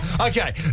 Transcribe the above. Okay